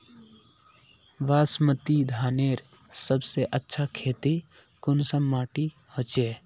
बासमती धानेर सबसे अच्छा खेती कुंसम माटी होचए?